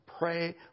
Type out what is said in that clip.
Pray